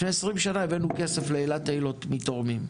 לפני 20 שנה הבאנו כסף לאילת אילות מתורמים,